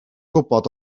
gwybod